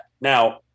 now